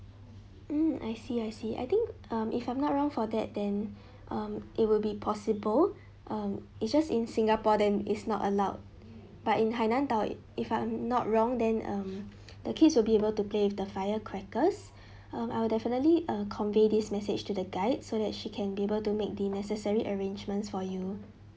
mm I see I see I think um if I'm not wrong for that then um it will be possible um it just in singapore then it's not allowed but in hainan dao it if I'm not wrong then um the kids will be able to play with the fire crackers um I'll definitely uh convey this message to the guide so that she can be able to make the necessary arrangement for you